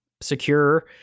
secure